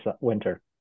winter